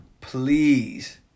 please